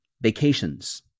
vacations